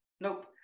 Nope